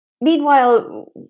Meanwhile